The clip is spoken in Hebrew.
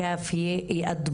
זה דיון שלא מסתיים בישיבה אחת.